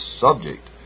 subject